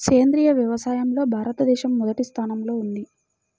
సేంద్రీయ వ్యవసాయంలో భారతదేశం మొదటి స్థానంలో ఉంది